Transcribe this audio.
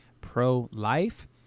pro-life